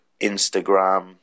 instagram